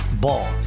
Ball